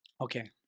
Okay